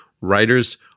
writers